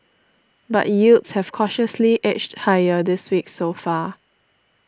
but yields have cautiously edged higher this week so far